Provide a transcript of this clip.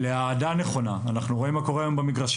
לאהדה נכונה אנחנו רואים מה קורה היום במגרשים,